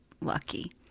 lucky